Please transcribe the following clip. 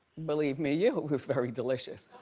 believe me, you, it was very delicious.